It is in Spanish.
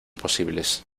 posibles